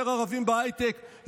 יותר ערבים בהייטק,